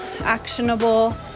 actionable